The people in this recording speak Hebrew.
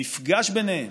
המפגש ביניהם,